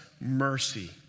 mercy